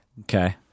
Okay